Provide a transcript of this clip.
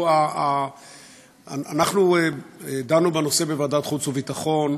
אנחנו דנו בנושא בוועדת חוץ וביטחון,